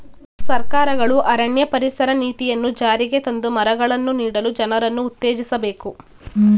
ಸರ್ಕಾರಗಳು ಅರಣ್ಯ ಪರಿಸರ ನೀತಿಯನ್ನು ಜಾರಿಗೆ ತಂದು ಮರಗಳನ್ನು ನೀಡಲು ಜನರನ್ನು ಉತ್ತೇಜಿಸಬೇಕು